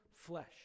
flesh